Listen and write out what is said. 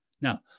Now